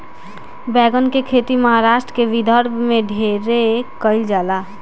बैगन के खेती महाराष्ट्र के विदर्भ में ढेरे कईल जाला